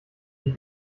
die